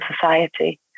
society